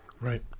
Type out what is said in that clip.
Right